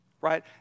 right